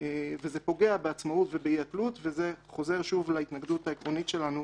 וזה פוגע בעצמאות ובאי-התלות וזה חוזר שוב להתנגדות העקרונית שלנו